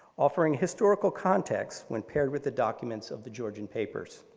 offering historical context when paired with the documents of the georgian papers.